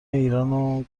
ایرانو